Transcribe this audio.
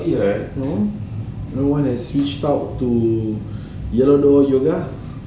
no no one has reached out to yellow door yoga